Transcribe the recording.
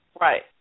Right